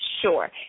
sure